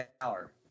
hour